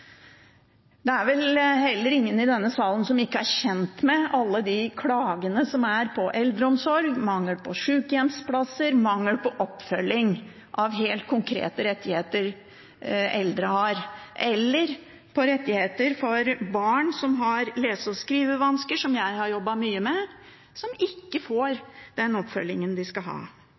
Det er vel heller ingen i denne salen som ikke er kjent med alle de klagene som er på eldreomsorg, mangel på sykehjemsplasser, mangel på oppfølging av helt konkrete rettigheter eldre har, eller på rettigheter for barn som har lese- og skrivevansker, som jeg har jobbet mye med, som ikke får den oppfølgingen de skal ha.